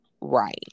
right